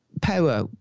power